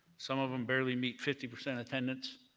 some of them barely meet fifty percent attendance.